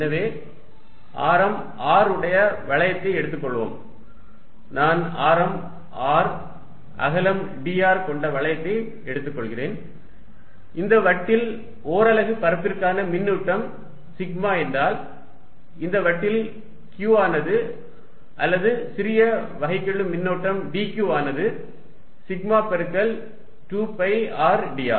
எனவே ஆரம் R உடைய வளையத்தை எடுத்துக்கொள்வோம் நான் ஆரம் R அகலம் dr கொண்ட வளையத்தை எடுத்துக்கொள்கிறேன் இந்த வட்டில் ஓரலகு பரப்பிற்கான மின்னூட்டம் சிக்மா என்றால் இந்த வட்டில் Q ஆனது அல்லது சிறிய வகைக்கெழு மின்னூட்டம் dQ வானது சிக்மா பெருக்கல் 2 பை r dr